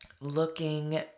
looking